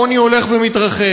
העוני הולך ומתרחב,